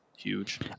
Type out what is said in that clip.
huge